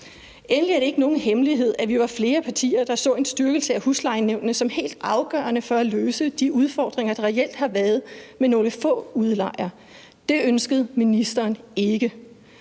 Endelig er det ikke er nogen hemmelighed, at vi var flere partier, der så en styrkelse af huslejenævnene som helt afgørende for at løse de udfordringer, der reelt har været med nogle få udlejere. Det ønskede ministeren ikke.